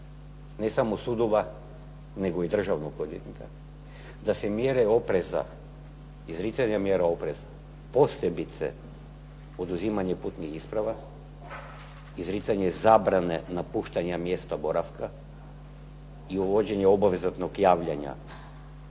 ne samo sudova, nego i državnog odvjetnika. DA se mjere opreza, izricanje mjera opreza, posebice oduzimanja putnih isprava, izricanje zabrane napuštanja mjesta boravka i uvođenje obvezatnog javljanja